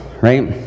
right